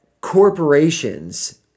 corporations